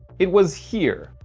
it was here.